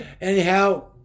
Anyhow